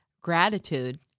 gratitude